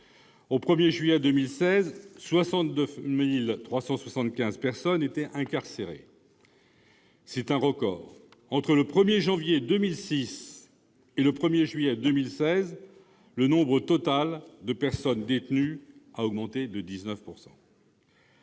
Au 1 juillet 2016, 69 375 personnes étaient incarcérées. C'est un record. Entre le 1 janvier 2006 et le 1 juillet 2016, le nombre total de personnes détenues a augmenté de 19 %.